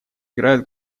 играют